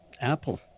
Apple